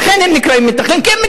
לכן הם נקראים מתנחלים,